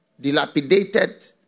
dilapidated